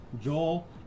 Joel